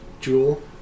jewel